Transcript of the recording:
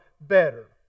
better